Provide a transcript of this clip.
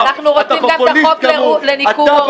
-- אנחנו רוצים גם את החוק לניכור הורי.